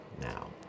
Now